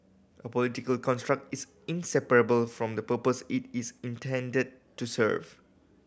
a political construct is inseparable from the purpose it is intended to serve